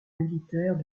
militaire